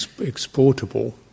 exportable